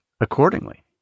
accordingly